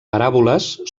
paràboles